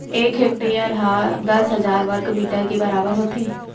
एक हेक्टेअर हा दस हजार वर्ग मीटर के बराबर होथे